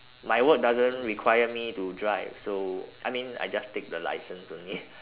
my work doesn't require me to drive so I mean I just take the license only